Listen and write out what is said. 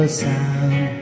sound